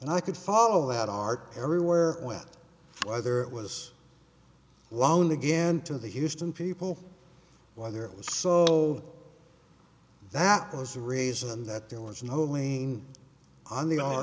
and i could follow that art everywhere what whether it was lonely again to the houston people whether it was so that was the reason that there was no main on the